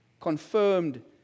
confirmed